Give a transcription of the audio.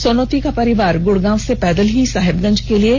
सोनोति का परिवार गुड़गांव से पैदल ही साहेबगंज के लिए चले थे